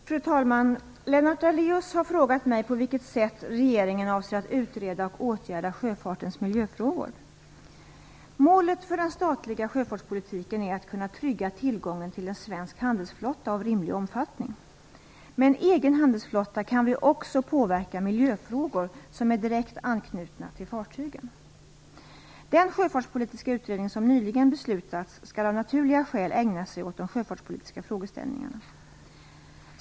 Fru talman! Lennart Daléus har frågat mig på vilket sätt regeringen avser att utreda och åtgärda sjöfartens miljöfrågor. Målet för den statliga sjöfartspolitiken är att kunna trygga tillgången till en svensk handelsflotta av rimlig omfattning. Med en egen handelsflotta kan vi också påverka miljöfrågor som är direkt anknutna till fartygen. Den sjöfartspolitiska utredning som det nyligen beslutats om skall av naturliga skäl ägna sig åt de sjöfartspolitiska frågorna.